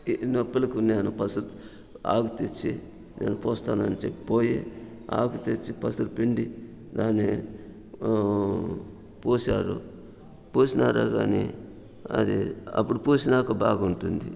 ఈ నొప్పులకు నేను పసరు ఆకు తెచ్చి నేను పూస్తాను అని చెప్పి పోయి ఆకు తెచ్చి పసరు పిండి దాన్ని పూశారు పూసినారే కాని అది అప్పుడు పూసినాక బాగుంటుంది